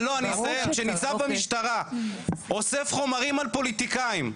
כשניצב במשטרה אוסף חומרים על פוליטיקאים,